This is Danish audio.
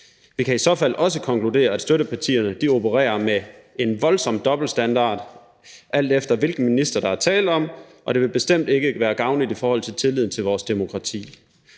Vi kan i så fald også konkludere, at støttepartierne opererer med en voldsom dobbeltstandard, alt efter hvilken minister der er tale om, og det vil bestemt ikke være gavnligt for tilliden til vores demokrati.